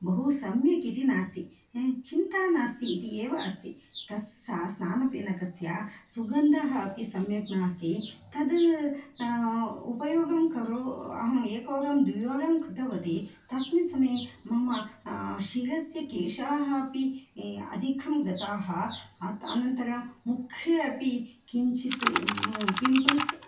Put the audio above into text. बहु सम्यक् इति नास्ति चिन्तानास्ति इति एव अस्ति तत् स्नानफेनकस्य सुगन्धः अपि सम्यक् नास्ति तद् उपयोगं करो अहम् एकवारं द्विवारं कृतवाती तस्मिन् समये मम शिरस्य केशाः अपि अधिकं गताः अनन्तरं मुखे अपि किञ्चित् पिम्पल्स्